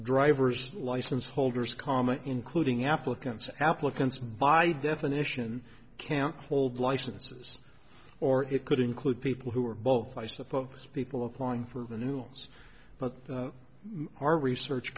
drivers license holders common including applicants applicants by definition can't hold licenses or it could include people who are both i suppose people applying for the new rules but our research